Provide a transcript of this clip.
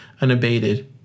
unabated